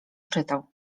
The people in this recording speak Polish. czytał